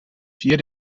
vier